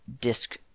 disk